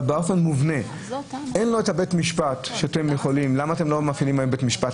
אבל למה אתם לא מפעילים היום בית משפט?